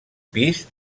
pis